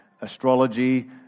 astrology